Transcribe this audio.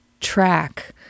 track